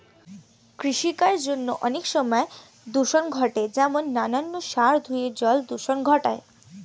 কৃষিকার্যের জন্য অনেক সময় দূষণ ঘটে যেমন নানান সার ধুয়ে জল দূষণ ঘটায়